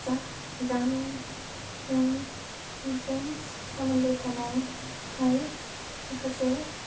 जा जामुंजों जों सोमोन्दो थानाय आय माखासे